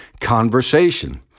conversation